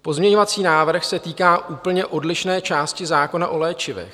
Pozměňovací návrh se týká úplně odlišné části zákona o léčivech.